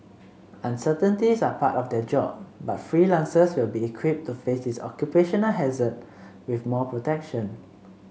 uncertainties are part of their job but freelancers will be equipped to face this occupational hazard with more protection